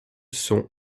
sont